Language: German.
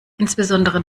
insbesondere